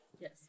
Yes